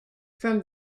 from